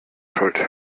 schuld